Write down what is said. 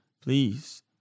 please